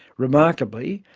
remarkably,